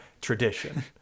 Tradition